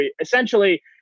Essentially